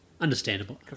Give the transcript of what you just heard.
Understandable